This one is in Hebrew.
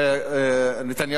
נתניהו וברק.